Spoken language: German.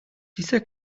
dieser